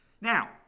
Now